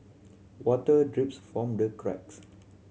water drips from the cracks